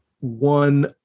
one